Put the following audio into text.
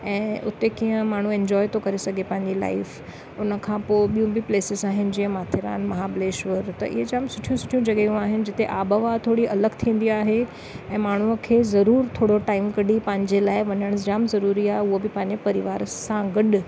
ऐं हुते कीअं माण्हू इन्जॉय थो करे सघे पंहिंजी लाइफ उन खां पोइ ॿियूं बि प्लेसिस आहिनि जीअं माथेरान महाबलेश्वर त इहे जाम सुठियूं सुठियूं जॻहियूं आहिनि जिते आबु हवा थोरी अलॻि थींदी आहे ऐं माण्हूअ खे ज़रूर थोरो टाइम कढी पंहिंजे लाइ वञणु जाम ज़रूरी आहे उहा बि पंहिंजे परिवार सां गॾु